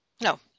No